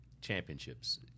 championships